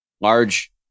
large